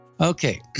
Okay